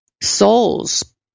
souls